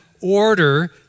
order